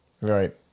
Right